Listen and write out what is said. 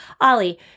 Ollie